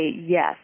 yes